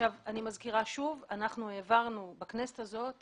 אני מזכירה שוב, העברנו בכנסת הזאת